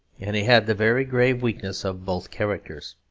and he had the very grave weaknesses of both characters.